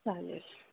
चालेल